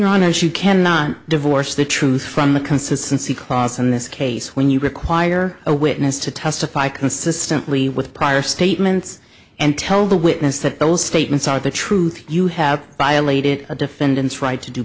as you cannot divorce the truth from the consistency across in this case when you require a witness to testify consistently with prior statements and tell the witness that those statements are the truth you have violated a defendant's right to d